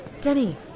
Denny